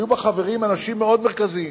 החברים בה היו אנשים מאוד מרכזיים